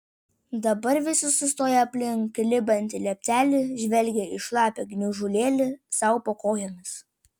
dabar visi sustoję aplink klibantį lieptelį žvelgė į šlapią gniužulėlį sau po kojomis